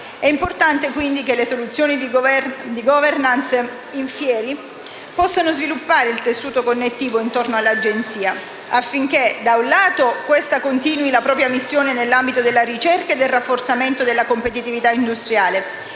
È importante quindi che le soluzioni di *governance* *in fieri* possano sviluppare il tessuto connettivo intorno all'Agenzia, affinché, da un lato, questa continui la propria missione nell'ambito della ricerca e del rafforzamento della competitività industriale